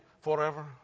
forever